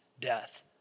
death